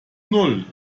null